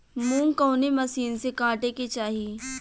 मूंग कवने मसीन से कांटेके चाही?